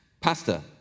Pasta